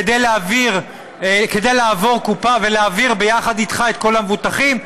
כדי לעבור קופה ולהעביר ביחד איתך את כל המבוטחים,